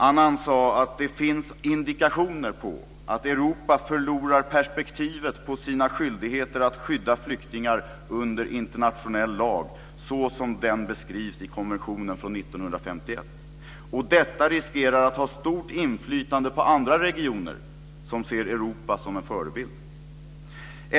Annan sade att det finns indikationer på att Europa förlorar perspektivet på sina skyldigheter att skydda flyktingar under internationell lag såsom de beskrivs i konventionen från 1951. Och detta riskerar att ha stort inflytande på andra regioner som ser Europa som en förebild.